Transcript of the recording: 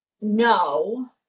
no